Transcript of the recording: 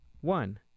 One